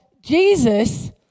Jesus